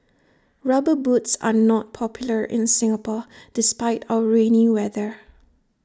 rubber boots are not popular in Singapore despite our rainy weather